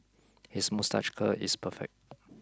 his moustache curl is perfect